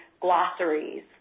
glossaries